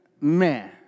man